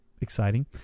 exciting